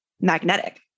magnetic